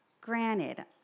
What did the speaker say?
Granted